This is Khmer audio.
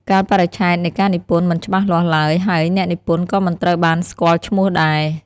កាលបរិច្ឆេទនៃការនិពន្ធមិនច្បាស់លាស់ឡើយ ហើយអ្នកនិពន្ធក៏មិនត្រូវបានស្គាល់ឈ្មោះដែរ។